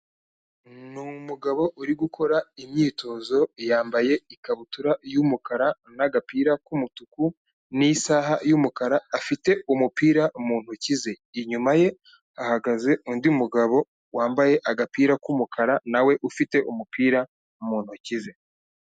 Ni umugabo uri gukora imyitozo yambaye ikabutura y'umukara n'agapira k'umutuku n'isaha y'umukara afite umupira mu ntoki ze. Inyuma ye hahagaze undi mugabo wambaye agapira k'umukara na we ufite umupira mu ntoki ze.